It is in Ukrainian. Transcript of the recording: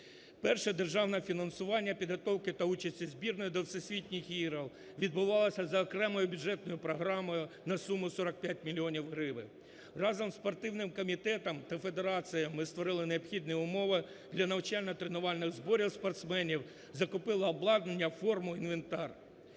Вперше державне фінансування підготовки та участі збірної до всесвітніх ігор відбувалося за окремою бюджетною програмою на суму 45 мільйонів гривень. Разом із спортивним комітетом та федераціями ми створили необхідні умови для навчально-тренувальних зборів спортсменів, закупили обладнання, форму, інвентар.